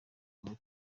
niwe